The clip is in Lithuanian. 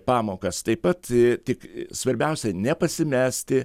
pamokas taip pat tik svarbiausia nepasimesti